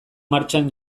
martxan